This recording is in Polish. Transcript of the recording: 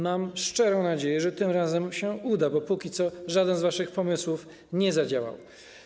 Mam szczerą nadzieję, że tym razem się uda, bo póki co żaden z waszych pomysłów nie zadziałał.